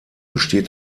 besteht